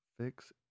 Fix